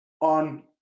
on